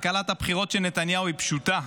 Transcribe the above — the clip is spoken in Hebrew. כלכלת הבחירות של נתניהו היא פשוטה: